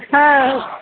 হ্যাঁ